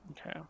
Okay